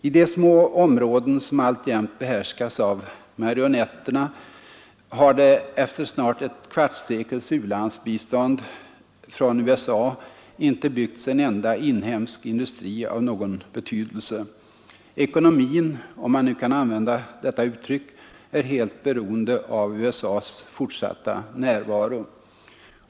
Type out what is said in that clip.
I de små områden, som alltjämt behärskas av marionetterna, har det efter snart ett kvartssekels u-landsbistånd från USA inte byggts upp en enda inhemsk industri av någon betydelse. Ekonomin, om man nu kan använda detta uttryck, är helt beroende av USA:s fortsatta närvaro.